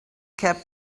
kept